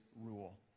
rule